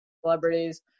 celebrities